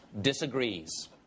disagrees